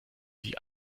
sie